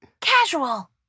Casual